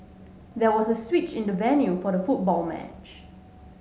there was a switch in the venue for the football match